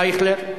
אייכלר?